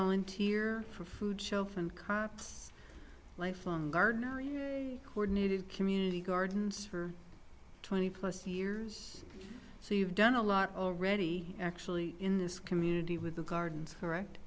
volunteer for food shelf and cops lifelong gardener coordinated community gardens for twenty plus years so you've done a lot already actually in this community with the gardens correct